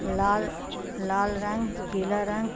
لال لال رنگ پیلا رنگ